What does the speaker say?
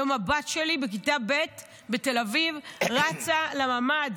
היום הבת שלי, בכיתה ב', בתל אביב רצה לממ"ד.